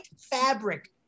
fabric